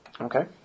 Okay